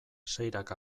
seirak